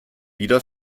lieder